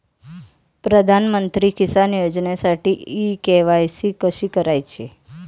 प्रधानमंत्री किसान योजनेसाठी इ के.वाय.सी कशी करायची?